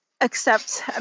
accept